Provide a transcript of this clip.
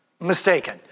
mistaken